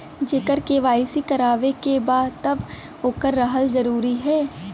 जेकर के.वाइ.सी करवाएं के बा तब ओकर रहल जरूरी हे?